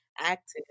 active